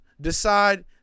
decide